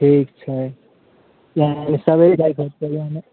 ठीक छै ई सबेरे जाइके हेतै हमे